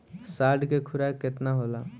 साढ़ के खुराक केतना होला?